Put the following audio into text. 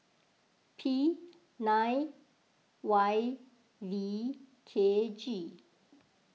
P nine Y V K G